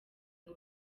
ngo